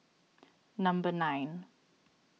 number nine